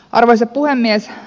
arvoisa puhemies